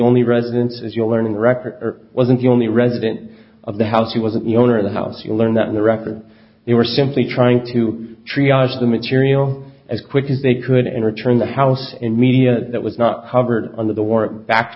only residence as you're learning record wasn't the only resident of the house who wasn't the owner of the house you learn that in the record they were simply trying to triage the material as quick as they could and return the house and media that was not covered under the warrant back